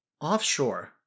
Offshore